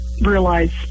realize